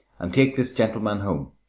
and take this gentleman home.